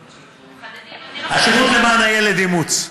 הגנה, השירות למען הילד, אימוץ,